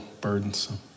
burdensome